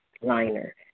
liner